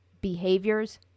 behaviors